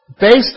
based